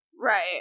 Right